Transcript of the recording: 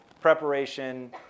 preparation